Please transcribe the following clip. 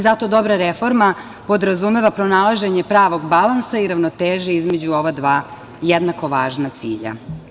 Zato dobra reforma podrazumeva pronalaženje pravog balansa i ravnoteže između ova dva jednako važna cilja.